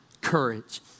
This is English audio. courage